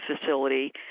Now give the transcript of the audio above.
facility